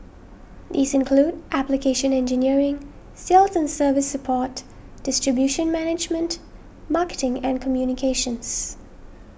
these include application engineering sales and service support distribution management marketing and communications